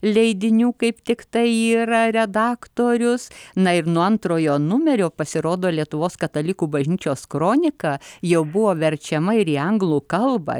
leidinių kaip tiktai yra redaktorius na ir nuo antrojo numerio pasirodo lietuvos katalikų bažnyčios kronika jau buvo verčiama ir į anglų kalbą